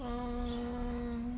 mm